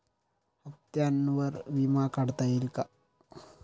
हप्त्यांवर विमा काढता येईल का?